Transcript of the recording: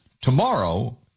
Tomorrow